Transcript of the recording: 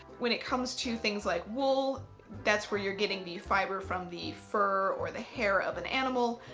when it comes to things like wool that's where you're getting the fibre from the fur or the hair of an animal.